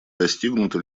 достигнута